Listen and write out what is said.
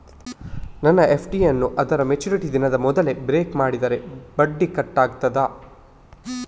ನನ್ನ ಎಫ್.ಡಿ ಯನ್ನೂ ಅದರ ಮೆಚುರಿಟಿ ದಿನದ ಮೊದಲೇ ಬ್ರೇಕ್ ಮಾಡಿದರೆ ಬಡ್ಡಿ ಕಟ್ ಆಗ್ತದಾ?